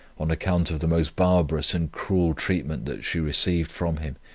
on account of the most barbarous and cruel treatment that she received from him,